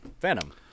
Venom